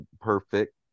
perfect